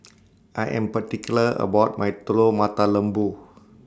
I Am particular about My Telur Mata Lembu